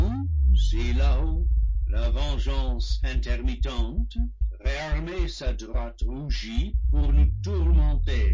hautla vengeance interlivre ii mittente réarmait sa droite rougie pour nous tourmenter